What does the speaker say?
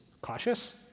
cautious